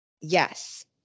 Yes